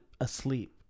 asleep